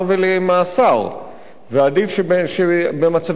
ועדיף שבמצבים מסוימים אדם לא יהיה בכלא.